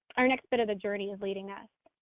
our next bit of the journey is leading us.